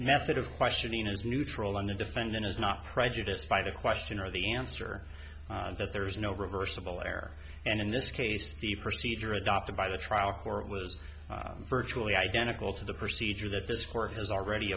method of questioning is neutral on the defendant is not prejudiced by the question or the answer that there is no reversible error and in this case the procedure adopted by the trial court was virtually identical to the procedure that this court has already